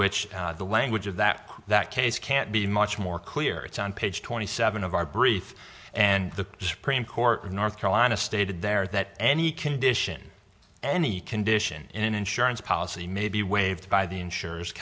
which the language of that that case can't be much more clear it's on page twenty seven of our brief and the supreme court of north carolina stated there that any condition any condition in an insurance policy may be waived by the insurers